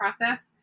process